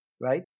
right